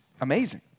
amazing